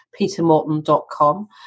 petermorton.com